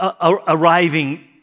arriving